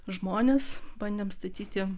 žmonės bandėme statyti